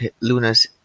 Luna's